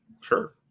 Sure